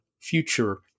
future